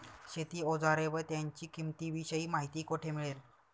शेती औजारे व त्यांच्या किंमतीविषयी माहिती कोठे मिळेल?